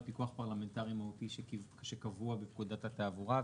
פיקוח פרלמנטרי מהותי שקבוע בפקודת התעבורה,